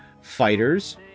Fighters